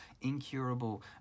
incurable